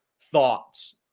thoughts